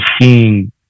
seeing